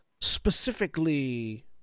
specifically